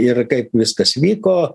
ir kaip viskas vyko